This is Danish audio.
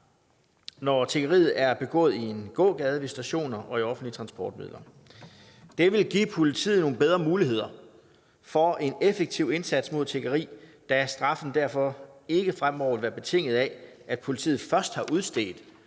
når tiggeriet er begået i en gågade, ved stationer og i offentlige transportmidler. Det vil give politiet nogle bedre muligheder for en effektiv indsats mod tiggeri, da straffen derfor ikke fremover vil være betinget af, at politiet først har udstedt